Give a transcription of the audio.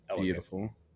beautiful